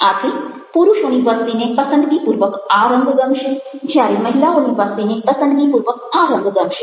આથી પુરુષોની વસ્તીને પસંદગીપૂર્વક આ રંગ ગમશે જ્યારે મહિલાઓની વસ્તીને પસંદગીપૂર્વક આ રંગ ગમશે